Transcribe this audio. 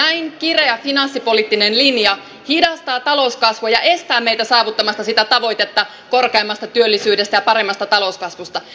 näin kireä finanssipoliittinen linja hidastaa talouskasvua ja estää meitä saavuttamasta sitä tavoitetta korkeammasta työllisyydestä ja paremmasta talouskasvusta